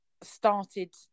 started